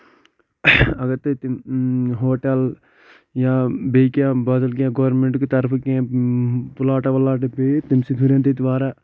اَگر تُہۍ تِم ہوٹل یا بیٚیہِ کیٚاہ بدل کیٚاہ گورمینٛٹ کہِ طرفہٕ کیٚنٛہہ پلاٹ ولاٹہ پیٚیہِ تَمہِ سۭتۍ ہُرن تَتہِ واریاہ